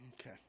Okay